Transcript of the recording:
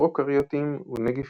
פרוקריוטים, ונגיפים.